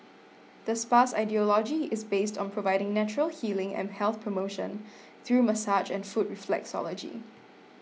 the spa's ideology is based on providing natural healing and health promotion through massage and foot reflexology